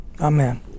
Amen